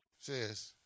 says